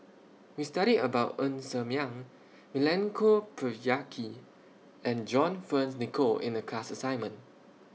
We studied about Ng Ser Miang Milenko Prvacki and John Fearns Nicoll in The class assignment